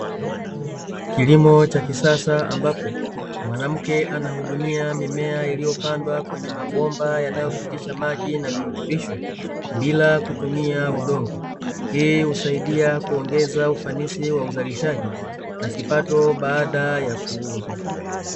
Kilimo cha kisasa ambapo, mwanamke anahudumia mimea iliyopandwa kwenye mabomba yanayopitisha maji na virutubisho, bila kutumia udongo. Hii husaidia kuongeza ufanisi wa uzalishaji, na kipato baada ya kuuzwa.